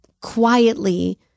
quietly